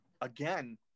again